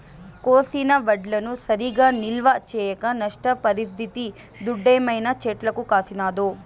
కోసిన వడ్లను సరిగా నిల్వ చేయక నష్టపరిస్తిది దుడ్డేమైనా చెట్లకు కాసినాదో